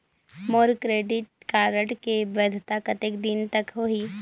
मोर credit card के वैधता कतेक दिन कर होही?